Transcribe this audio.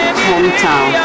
hometown